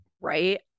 Right